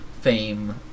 fame